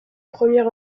premier